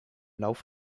lauf